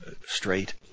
straight